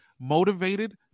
motivated